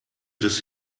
des